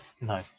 no